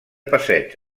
passeig